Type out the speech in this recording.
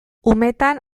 umetan